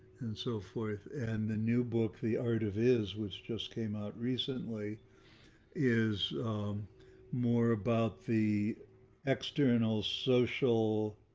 and so forth. and the new book, the art of is was just came out recently is more about the external social,